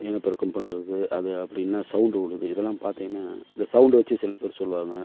இனபெருக்கம் பண்ணுறது அதை அப்படி என்ன சவுண்டு விடுது இதெல்லாம் பார்த்தீங்கன்னா இந்த சவுண்டு வெச்சு சில பேர் சொல்லுவாங்க